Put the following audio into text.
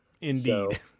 Indeed